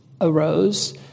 arose